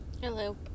Hello